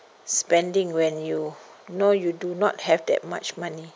spending when you know you do not have that much money